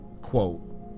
Quote